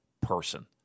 person